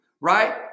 right